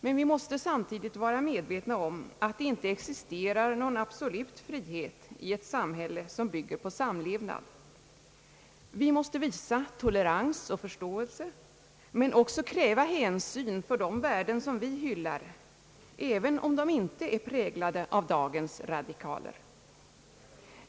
Men vi måste samtidigt vara medvetna om att det inte existerar någon absolut frihet i ett samhälle som bygger på samlevnad. Vi måste visa tolerans och förståelse men också kräva hänsyn för de värden som vi hyllar, även om de inte är präglade av dagens radikaler.